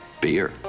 Beer